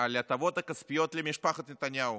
על ההטבות הכספיות למשפחת נתניהו: